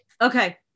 okay